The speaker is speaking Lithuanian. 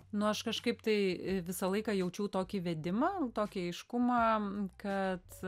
nu aš kažkaip tai visą laiką jaučiau tokį vedimą tokį aiškumą kad